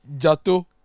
Jato